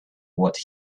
what